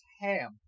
ham